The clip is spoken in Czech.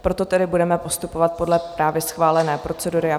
Proto tedy budeme postupovat podle právě schválené procedury.